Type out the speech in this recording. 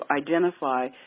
identify